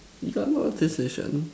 you got a lot of decision